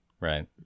Right